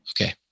Okay